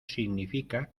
significa